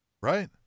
Right